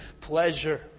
pleasure